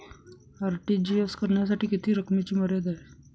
RTGS करण्यासाठी किती रकमेची मर्यादा आहे?